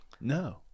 No